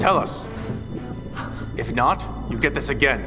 tell us if not you get this again